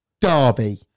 Derby